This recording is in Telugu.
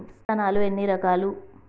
విత్తనాలు ఎన్ని రకాలు?